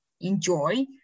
enjoy